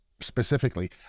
specifically